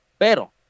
Pero